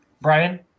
Brian